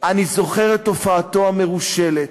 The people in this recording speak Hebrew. אני זוכר את הופעתו המרושלת,